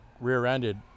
rear-ended